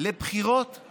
אבל היה